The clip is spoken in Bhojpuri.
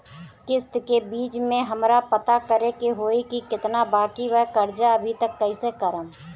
किश्त के बीच मे हमरा पता करे होई की केतना बाकी बा कर्जा अभी त कइसे करम?